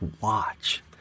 watch